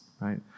right